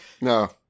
No